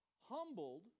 humbled